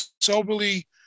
soberly